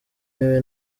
niwe